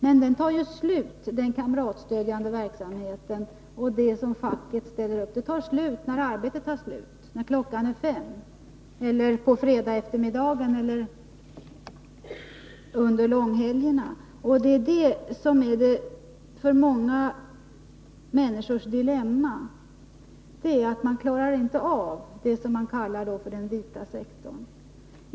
Men den verksamheten och det som facket ställer upp med tar ju slut när arbetet tar slut på eftermiddagen och särskilt på fredagseftermiddagen, till långhelgen. Många människors dilemma är att de inte klarar det man kallar den vita sektorn.